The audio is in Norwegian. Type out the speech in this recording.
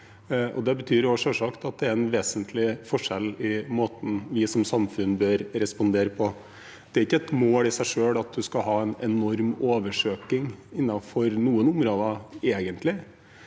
selvsagt også at det er en vesentlig forskjell i måten vi som samfunn bør respondere på. Det er ikke et mål i seg selv å ha en enorm oversøkning innenfor noen områder, egentlig.